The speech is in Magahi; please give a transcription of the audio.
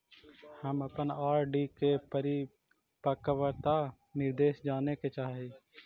हम अपन आर.डी के परिपक्वता निर्देश जाने के चाह ही